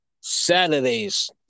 Saturdays